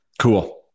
cool